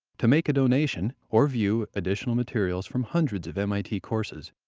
to make a donation or view additional materials from hundreds of mit courses,